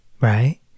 Right